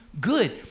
good